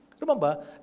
Remember